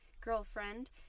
girlfriend